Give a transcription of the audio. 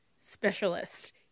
specialist